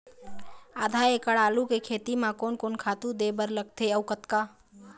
आधा एकड़ आलू के खेती म कोन कोन खातू दे बर लगथे अऊ कतका?